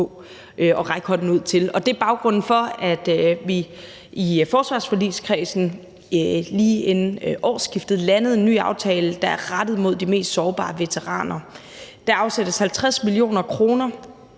og række hånden ud til. Det er baggrunden for, at vi i forsvarsforligskredsen lige inden årsskiftet landede en ny aftale, der er rettet mod de mest sårbare veteraner. Der afsættes 50 mio. kr.